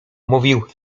mówił